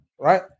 Right